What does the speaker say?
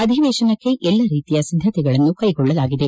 ಅಧಿವೇಶನಕ್ಕೆ ಎಲ್ಲ ರೀತಿಯ ಸಿದ್ದತೆಗಳನ್ನು ಕೈಗೊಳ್ಳಲಾಗಿದೆ